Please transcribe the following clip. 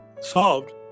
solved